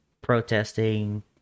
protesting